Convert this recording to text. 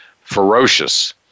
ferocious